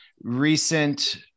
recent